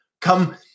come